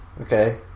Okay